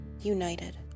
united